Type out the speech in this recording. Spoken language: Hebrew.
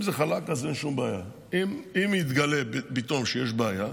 אם זה חלק, אז אין שום בעיה.